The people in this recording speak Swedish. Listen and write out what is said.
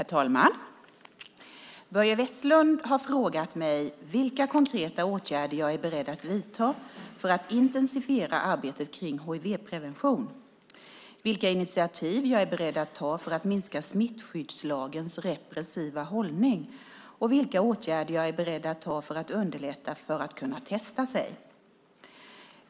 Herr talman! Börje Vestlund har frågat mig vilka konkreta åtgärder jag är beredd att vidta för att intensifiera arbetet kring hivprevention, vilka initiativ jag är beredd att ta för att minska smittskyddslagens repressiva hållning samt vilka åtgärder jag är beredd att vidta för att underlätta för att man ska kunna testa sig.